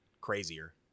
crazier